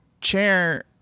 Chair